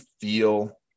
feel